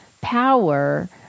power